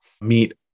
meet